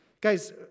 Guys